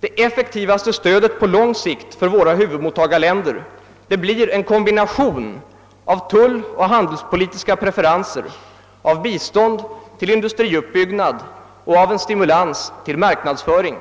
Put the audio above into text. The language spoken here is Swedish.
Det effektivaste stödet på lång sikt för våra huvudmottagarländer blir en kombination av tulloch handelspolitiska preferenser, av bistånd till industriuppbyggnad och av stimulans till marknadsföring.